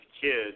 kids